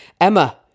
Emma